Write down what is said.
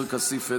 עופר כסיף,